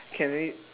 can we